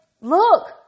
look